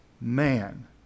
man